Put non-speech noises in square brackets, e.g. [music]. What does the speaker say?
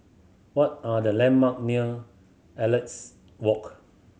what are the landmark near Elliot [unintelligible] Walk